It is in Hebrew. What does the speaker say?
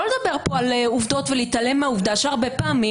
לא לדבר פה על עובדות ולהתעלם מהעובדה שהרבה פעמים